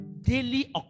daily